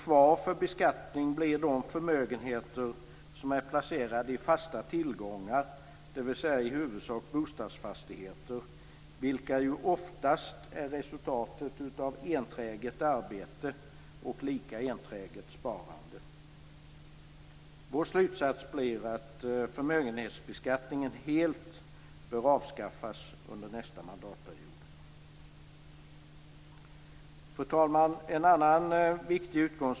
Kvar för beskattning blir de förmögenheter som är placerade i fasta tillgångar, dvs. i huvudsak bostadsfastigheter, vilka oftast är resultatet av enträget arbete och lika enträget sparande. Vår slutsats blir att förmögenhetsbeskattningen helt bör avskaffas under nästa mandatperiod. Fru talman!